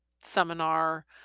seminar